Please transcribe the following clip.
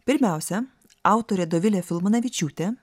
pirmiausia autorė dovilė filmanavičiūtė